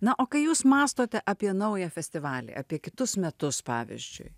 na o kai jūs mąstote apie naują festivalį apie kitus metus pavyzdžiui